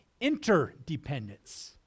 interdependence